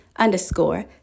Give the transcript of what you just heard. underscore